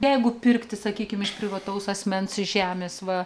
jeigu pirkti sakykim iš privataus asmens žemės va